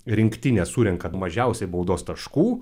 rinktinė surenka mažiausiai baudos taškų